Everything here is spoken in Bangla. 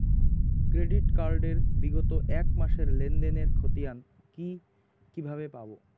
ক্রেডিট কার্ড এর বিগত এক মাসের লেনদেন এর ক্ষতিয়ান কি কিভাবে পাব?